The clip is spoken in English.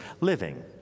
living